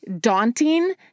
daunting